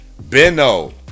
Benno